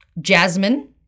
Jasmine